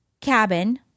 cabin